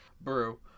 Brew